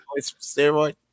steroid